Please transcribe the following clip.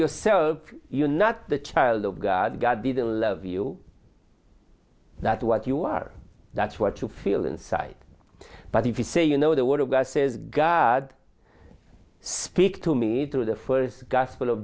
yourself you not the child of god god didn't love you that what you are that's what you feel inside but if you say you know the word of god says god speak to me through the first gospel of